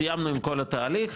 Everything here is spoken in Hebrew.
סיימנו עם כל התהליך,